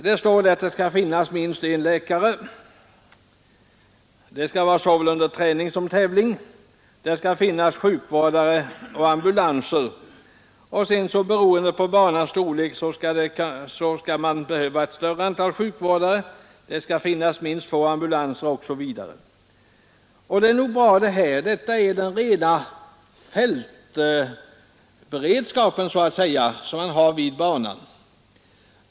Det skall finnas en läkare — det gäller såväl träning som tävling. Det skall finnas sjukvårdare och ambulanser. Beroende på banans storlek krävs ett större antal sjukvårdare. Det skall finnas minst två ambulanser osv. Det är nog bra. Det är alltså rena fältberedskapen vid banan.